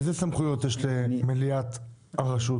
אילו סמכויות יש למליאת הרשות?